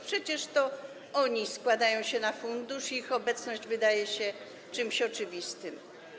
Przecież to oni składają się na fundusz i ich obecność wydaje się czymś oczywistym.